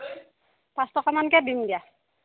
পাঁচটকা মানকৈ দিম দিয়া